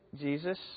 Jesus